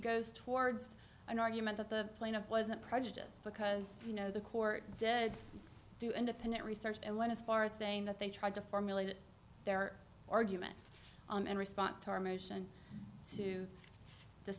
goes towards an argument that the plaintiff wasn't prejudiced because you know the court did do independent research and went as far as saying that they tried to formulate their arguments and respond to our mission to